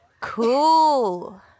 Cool